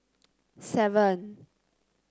seven